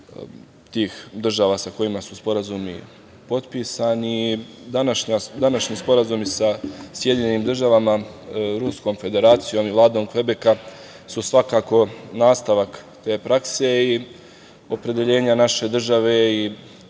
tih država sa kojima su ti sporazumi potpisani. Današnji sporazumi sa Sjedinjenim Državama, Ruskom Federacijom i Vladom Kvebeka su svakako nastavak te prakse i opredeljenja naše države i